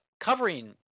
covering